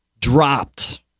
dropped